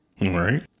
Right